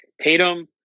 Tatum